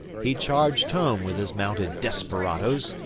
he charged home with his mounted desperadoes,